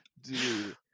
Dude